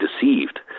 deceived